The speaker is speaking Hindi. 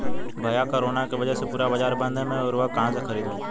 भैया कोरोना के वजह से पूरा बाजार बंद है मैं उर्वक कहां से खरीदू?